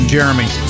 Jeremy